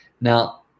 Now